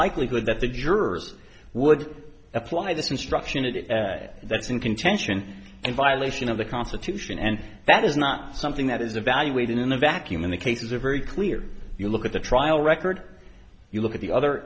likelihood that the jurors would apply this instruction and it that's in contention in violation of the constitution and that is not something that is evaluated in a vacuum in the cases are very clear if you look at the trial record you look at the other